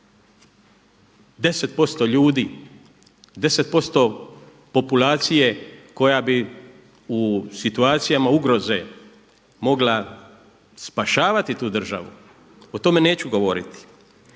10% ljudi, 10% populacije koja bi u situacijama ugroze mogla spašavati tu državu o tome neću govoriti.